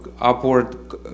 upward